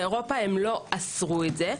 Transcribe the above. באירופה לא אסרו זאת,